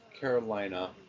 Carolina